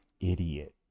idiot